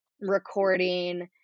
recording